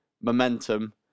momentum